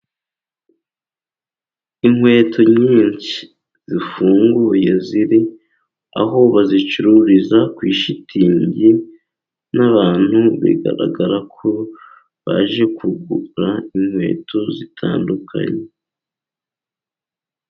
Inkweto nyinshi zifunguye ziri aho bazicururiza kuri shitingi, n'abantu bigaragara ko baje kugura inkweto zitandukanye.